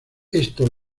esto